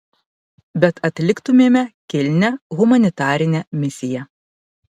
bet atliktumėme kilnią humanitarinę misiją